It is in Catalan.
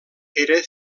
era